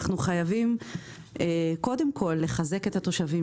אנחנו חייבים קודם כול לחזק את התושבים